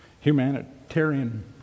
humanitarian